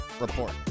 Report